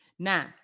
Now